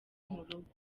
murugo